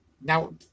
Now